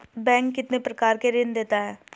Bank कितने प्रकार के ऋण देता है?